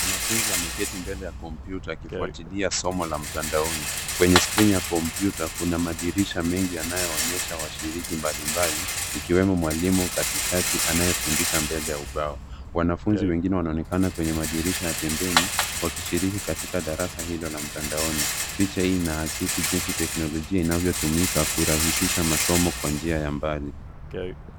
Mwanafunzi ameketi mbele ya kompyuta akifuatilia somo la mtandaoni. Kwenye skrini ya kompyuta kuna madirisha mengi yanayoonyesha washiriki mbalimbali, ikiwemo mwalimu katikati anayefundisha mbele ya ubao. Wanafunzi wengine wanaonekana kwenye madirisha ya pembeni wakishiriki katika darasa hilo la mtandaoni. Picha hii inaakisi jinsi teknolojia inavyotumika kurahisisha masomo kwa njia ya mbali.